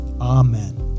Amen